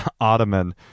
Ottoman